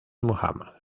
muhammad